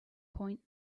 point